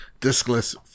discless